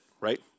right